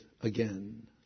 again